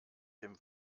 dem